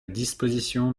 disposition